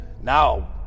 Now